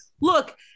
look